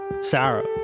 Sarah